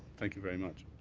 thank you very much.